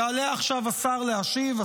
יעלה עכשיו השר להשיב,